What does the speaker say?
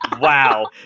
Wow